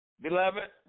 Beloved